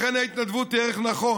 לכן ההתנדבות היא ערך נכון.